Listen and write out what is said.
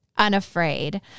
unafraid